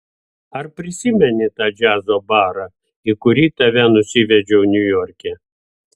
ar prisimeni tą džiazo barą į kurį tave nusivedžiau niujorke